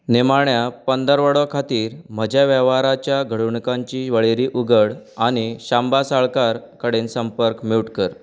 निमाण्या पंदरवडो खातीर म्हज्या वेव्हाराच्या घडणुकांची वळेरी उगड आनी शांबा साळकार कडेन संपर्क म्यूट कर